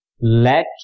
Let